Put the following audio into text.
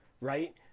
right